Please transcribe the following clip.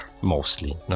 mostly